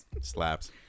Slaps